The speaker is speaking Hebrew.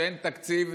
שאין תקציב,